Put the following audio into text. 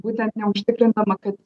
būtent neužtikrinama kad